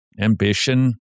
ambition